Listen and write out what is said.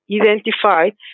identified